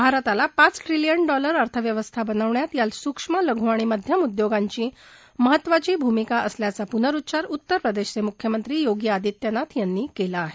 भारताला पाच trillion dollar अर्थव्यवस्था बनवण्यात या सूक्ष्म लघू आणि मध्यम उदयोगांची महत्त्वाची भूमिका असल्याचा पुनरुच्चार उत्तर प्रदेशचे मुख्यमंत्री योगी आदित्यनाथ यांनी केला आहे